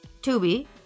Tubi